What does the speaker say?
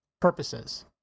purposes